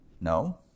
No